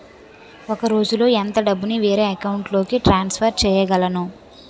ఒక రోజులో ఎంత డబ్బుని వేరే అకౌంట్ లోకి ట్రాన్సఫర్ చేయగలను?